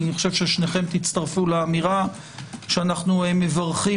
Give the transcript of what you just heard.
אני חושב ששניכם תצטרפו לאמירה שאנחנו מברכים